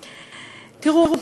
תראו,